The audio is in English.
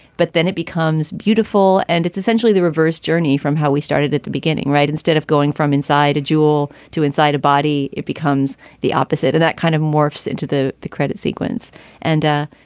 but then it becomes beautiful. and it's essentially the reverse journey from how we started at the beginning. right. instead of going from inside a jewel to inside a body. it becomes the opposite of that kind of morphs into the the credit sequence and.